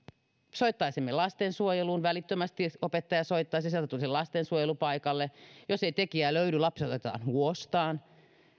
soittaisimme lastensuojeluun välittömästi opettaja soittaisi sieltä tulisi lastensuojelu paikalle jos ei tekijää löydy lapsi otetaan huostaan